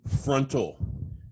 Frontal